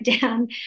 down